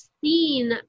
seen